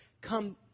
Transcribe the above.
come